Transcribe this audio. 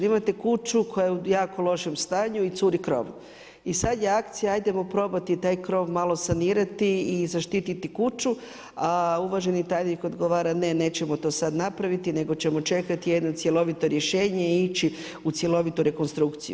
Imate kuću koja je u jako lošem stanju i curi krov i sada je akcija ajmo probati taj krov malo sanirati i zaštititi kuću, a uvaženi tajnik odgovara ne nećemo to sada napraviti nego ćemo čekati jedno cjelovito rješenje i ići u cjelovitu rekonstrukciju.